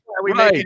Right